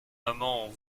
maman